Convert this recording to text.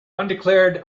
undeclared